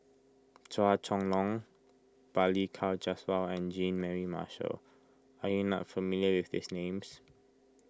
Chua Chong Long Balli Kaur Jaswal and Jean Mary Marshall are you not familiar with these names